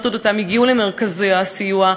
המשמעות היא שאנחנו